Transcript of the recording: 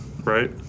right